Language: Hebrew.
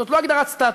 זו לא הגדרת סטטוס.